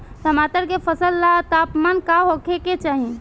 टमाटर के फसल ला तापमान का होखे के चाही?